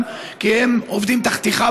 כי הם עובדים תחתיך,